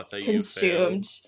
consumed